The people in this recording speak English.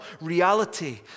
reality